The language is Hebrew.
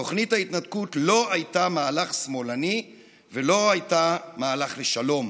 תוכנית ההתנתקות לא הייתה מהלך שמאלני ולא הייתה מהלך לשלום.